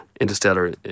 Interstellar